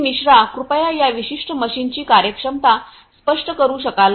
मिश्रा कृपया या विशिष्ट मशीनची कार्यक्षमता स्पष्ट करु शकाल का